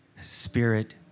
Spirit